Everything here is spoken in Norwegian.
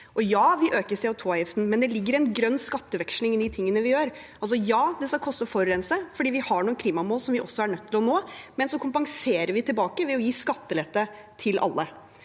Ja, vi øker CO2-avgiften, men det ligger en grønn skatteveksling i det vi gjør. Ja, det skal koste å forurense, for vi har noen klimamål som vi også er nødt til å nå, men vi kompenserer det ved å gi skattelette til alle.